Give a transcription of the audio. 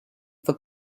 for